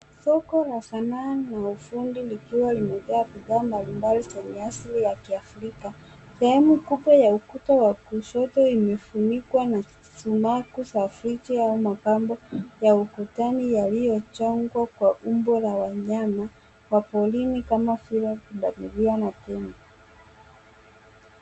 Soko la sanaa na ufundi likiwa limejaa bidhaa mbalimbali zenye asili ya kiafrika. Sehemu kubwa ya ukuta wa kushoto imefunikwa na sumaku za friji au mapambo ya ukutani yaliyochongwa kwa umbo la wanyama wa porini kama vile pundamilia na tembo.